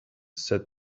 said